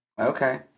Okay